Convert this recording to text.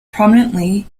prominently